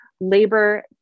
labor